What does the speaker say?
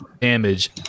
damage